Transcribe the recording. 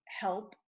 help